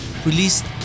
released